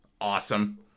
awesome